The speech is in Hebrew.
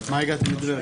למה הגעתם בטבריה?